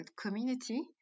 community